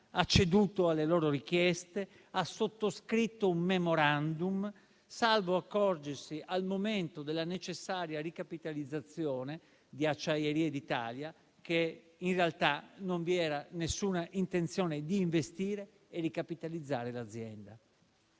ha ceduto alle loro richieste, ha sottoscritto un *memorandum*, salvo accorgersi, al momento della necessaria ricapitalizzazione di Acciaierie d'Italia, che in realtà non vi era nessuna intenzione di investire e di ricapitalizzare l'azienda.